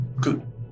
Good